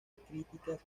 críticas